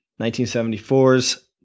1974's